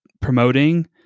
promoting